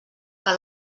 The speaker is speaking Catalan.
que